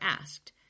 asked